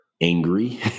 angry